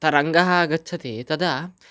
तरङ्गः आगच्छति तदा